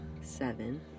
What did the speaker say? seven